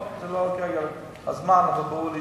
זה לא הזמן כרגע, אבל זה ברור לי,